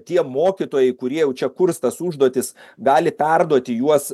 tie mokytojai kurie jau čia kurs tas užduotis gali perduoti juos